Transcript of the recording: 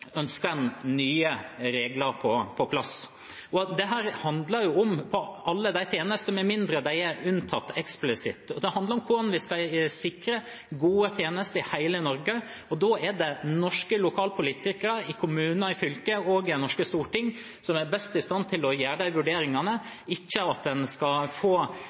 unntatt eksplisitt. Det handler om hvordan vi skal sikre gode tjenester i hele Norge. Det er norske lokalpolitikere i kommuner, fylker og det norske storting som er best i stand til å gjøre de vurderingene, ikke at en skal få